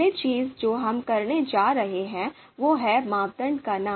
पहली चीज जो हम करने जा रहे हैं वह है मापदंड का नाम